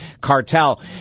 Cartel